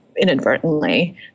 inadvertently